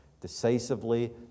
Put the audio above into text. decisively